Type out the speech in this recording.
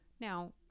Now